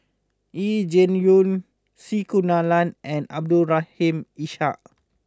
Yee Jenn Jong C Kunalan and Abdul Rahim Ishak